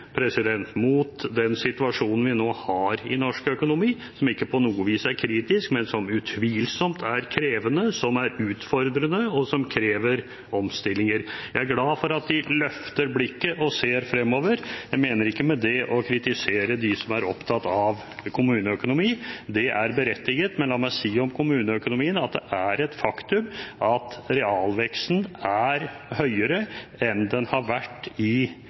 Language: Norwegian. mot den situasjonen vi nå har i norsk økonomi, som ikke på noe vis er kritisk, men som utvilsomt er krevende, som er utfordrende, og som krever omstillinger. Jeg er glad for at de løfter blikket og ser fremover. Jeg mener ikke med det å kritisere dem som er opptatt av kommuneøkonomi, det er berettiget, men la meg si om kommuneøkonomien at det er et faktum at realveksten er høyere enn den har vært i